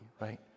right